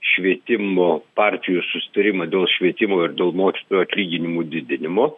švietimo partijų susitarimą dėl švietimo ir dėl mokytojų atlyginimų didinimo